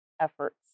efforts